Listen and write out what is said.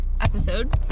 episode